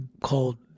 called